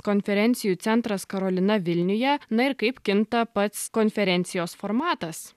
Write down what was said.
konferencijų centras karolina vilniuje na ir kaip kinta pats konferencijos formatas